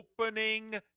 opening